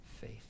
faith